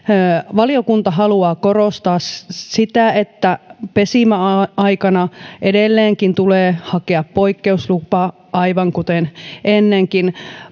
valiokunta haluaa korostaa sitä että pesimäaikana edelleenkin tulee hakea poikkeuslupaa aivan kuten ennenkin